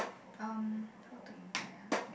um how to invite ah